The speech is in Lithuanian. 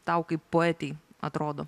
tau kaip poetei atrodo